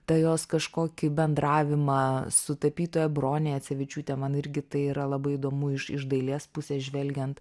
tą jos kažkokį bendravimą su tapytoja brone jacevičiūte man irgi tai yra labai įdomu iš iš dailės pusės žvelgiant